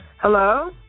Hello